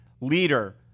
Leader